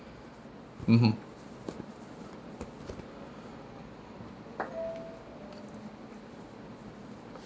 mmhmm